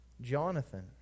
Jonathan